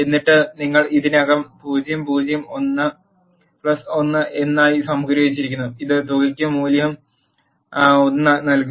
എന്നിട്ട് നിങ്ങൾ ഇതിനകം 0 0 1 എന്നായി സംഗ്രഹിച്ചിരിക്കുന്നു ഇത് തുകയ്ക്ക് മൂല്യം 1 നൽകും